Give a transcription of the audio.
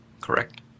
Correct